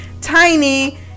Tiny